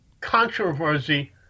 controversy